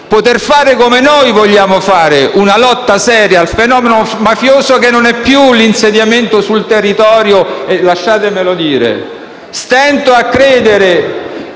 poter fare ciò che vogliamo fare, cioè una lotta seria al fenomeno mafioso (che non è più l'insediamento sul territorio). Lasciatemelo dire: stento a credere